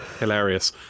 Hilarious